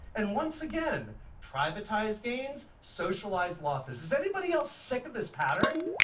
and once again privatized gains, socialized losses. is anybody else sick of this pattern?